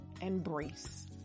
embrace